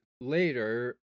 later